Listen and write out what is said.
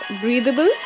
breathable